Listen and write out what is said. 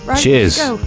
Cheers